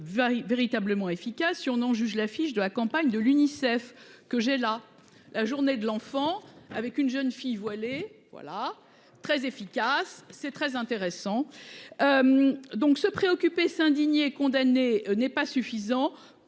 véritablement efficace si on en juge l'affiche de la campagne de l'UNICEF que j'ai la, la journée de l'enfant avec une jeune fille voilée voilà très efficace, c'est très intéressant. Donc se préoccuper s'indigner condamné n'est pas suffisant